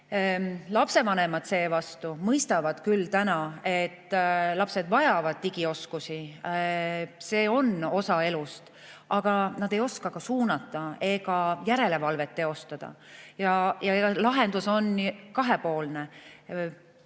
Lapsevanemad seevastu mõistavad küll, et lapsed vajavad digioskusi, see on osa elust, aga nad ei oska ka suunata ega järelevalvet teostada. Ja lahendus on kahepoolne.